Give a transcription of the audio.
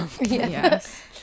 Yes